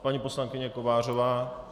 Paní poslankyně Kovářová.